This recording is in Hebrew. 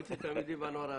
מועצת התלמידים והנוער הארצית,